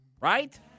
right